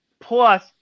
Plus